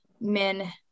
men